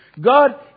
God